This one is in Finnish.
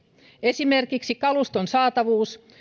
esimerkiksi kaluston saatavuus